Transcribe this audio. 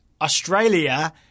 Australia